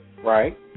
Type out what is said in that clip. Right